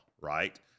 right